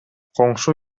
коңшу